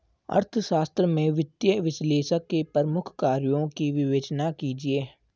अर्थशास्त्र में वित्तीय विश्लेषक के प्रमुख कार्यों की विवेचना कीजिए